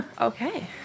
Okay